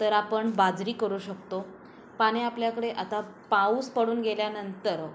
तर आपण बाजरी करू शकतो पाणी आपल्याकडे आता पाऊस पडून गेल्यानंतर